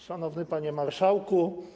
Szanowny Panie Marszałku!